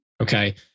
Okay